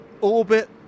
orbit